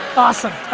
awesome.